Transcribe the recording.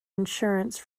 insurance